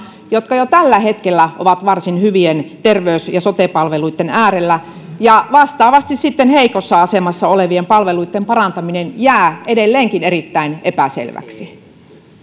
jotka jo tällä hetkellä ovat varsin hyvien terveys ja sote palveluitten äärellä ja vastaavasti sitten heikossa asemassa olevien palveluitten parantaminen jää edelleenkin erittäin epäselväksi